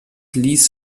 ließ